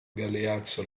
galeazzo